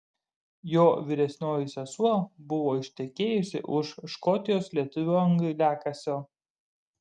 jo vyresnioji sesuo buvo ištekėjusi už škotijos lietuvio angliakasio